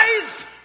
guys